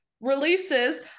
releases